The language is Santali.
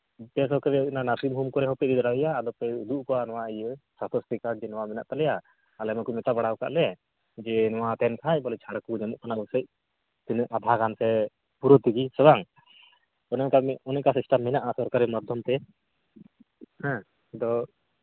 ᱵᱮᱥᱚᱨᱠᱟᱨᱤ ᱦᱩᱭᱩᱜ ᱠᱟᱱᱟ ᱱᱟᱨᱥᱤᱝ ᱦᱳᱢ ᱠᱚᱨᱮ ᱦᱚᱸᱯᱮ ᱤᱫᱤ ᱫᱟᱲᱮᱣᱟᱭᱟ ᱟᱫᱚ ᱯᱮ ᱩᱫᱩᱜ ᱟᱠᱚᱣᱟ ᱱᱚᱣᱟ ᱤᱭᱟᱹ ᱥᱟᱥᱛᱷ ᱥᱟᱛᱷᱤ ᱠᱟᱨᱰ ᱡᱮ ᱱᱚᱣᱟ ᱢᱮᱱᱟᱜ ᱛᱟᱞᱮᱭᱟ ᱟᱞᱮ ᱢᱟᱠᱚ ᱢᱮᱛᱟ ᱵᱟᱲᱟᱣᱟᱠᱟᱫ ᱞᱮ ᱡᱮ ᱱᱚᱣᱟ ᱛᱟᱦᱮᱱ ᱠᱷᱟᱡ ᱛᱟᱦᱞᱮ ᱪᱷᱟᱲ ᱠᱚ ᱧᱟᱢᱚᱜ ᱠᱟᱱᱟ ᱯᱟᱥᱮᱡ ᱛᱤᱱᱟᱹᱜ ᱟᱫᱷᱟ ᱜᱟᱱᱛᱮ ᱯᱩᱨᱟᱹ ᱪᱤᱠᱤᱛᱥᱟ ᱥᱮ ᱵᱟᱝ ᱚᱱᱮ ᱚᱱᱠᱟ ᱚᱱᱮ ᱚᱱᱠᱟ ᱥᱤᱥᱴᱮᱢ ᱢᱮᱱᱟᱜᱼᱟ ᱥᱚᱨᱠᱟᱨᱤ ᱢᱟᱫᱽᱫᱷᱚᱢᱛᱮ ᱦᱮᱸ ᱟᱫᱚ